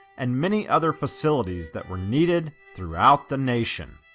and many other facilities that were needed throughout the nation.